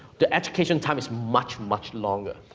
the education time is much much longer.